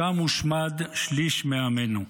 שם הושמד שליש מעמנו.